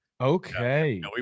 Okay